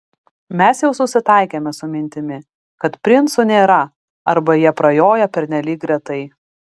mes jau susitaikėme su mintimi kad princų nėra arba jie prajoja pernelyg retai